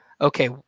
okay